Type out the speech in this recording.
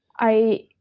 i